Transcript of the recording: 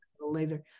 later